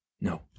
no